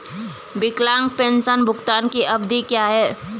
विकलांग पेंशन भुगतान की अवधि क्या है?